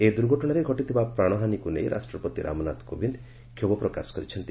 ଏହି ଦୁର୍ଘଟଣାରେ ଘଟିଥିବା ପ୍ରାଣହାନୀକୁ ନେଇ ରାଷ୍ଟ୍ରପତି ରାମନାଥ କୋବିନ୍ଦ କ୍ଷୋଭ ପ୍ରକାଶ କରିଛନ୍ତି